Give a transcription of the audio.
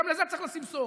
גם לזה צריך לשים סוף.